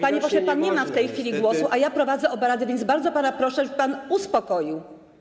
Panie pośle, pan nie ma w tej chwili głosu, a ja prowadzę obrady, więc bardzo pana proszę, żeby się pan uspokoił.